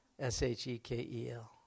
S-H-E-K-E-L